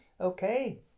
okay